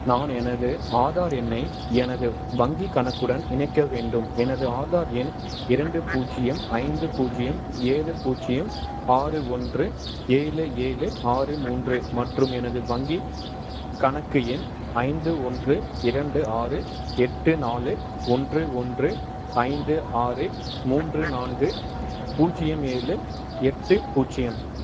நான் எனது ஆதார் எண்ணை எனது க் வங்கிக் கணக்குடன் இணைக்க வேண்டும் எனது ஆதார் எண் இரண்டு பூஜ்ஜியம் ஐந்து பூஜ்ஜியம் ஏழு பூஜ்ஜியம் ஆறு ஒன்று ஏழு ஏழு ஆறு மூன்று மற்றும் எனது வங்கிக் கணக்கு எண் ஐந்து ஒன்று இரண்டு ஆறு எட்டு நாலு ஒன்று ஒன்று ஐந்து ஆறு மூன்று நான்கு பூஜ்ஜியம் ஏழு எட்டு பூஜ்ஜியம்